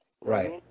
Right